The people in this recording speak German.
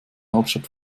hauptstadt